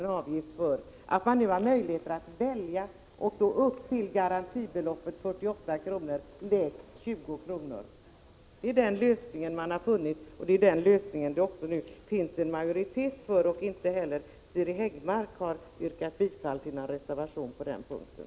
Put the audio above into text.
— en lösning liknande det system som fanns innan den obligatoriska försäkringen infördes, där man betalade en avgift för ett visst belopp. Det är den lösning man har funnit, och det är den lösning det nu finns en majoritet för. Inte heller Siri Häggmark har yrkat bifall till någon reservation på den punkten.